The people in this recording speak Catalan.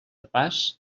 pas